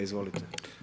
Izvolite.